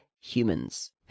humans